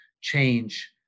change